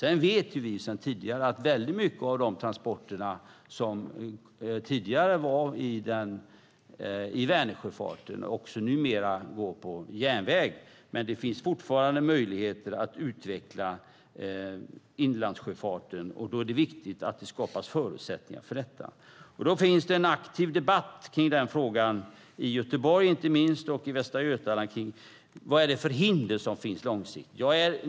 Vi vet sedan tidigare att väldigt mycket av de transporter som tidigare gjordes med Vänersjöfarten numera också går på järnväg, men det finns fortfarande möjligheter att utveckla inlandssjöfarten. Då är det viktigt att det skapas förutsättningar för detta. Det finns en aktiv debatt i Göteborg och i Västra Götaland om vad det är för hinder som finns långsiktigt.